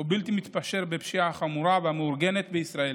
ובלתי מתפשר בפשיעה החמורה והמאורגנת בישראל